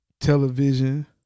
Television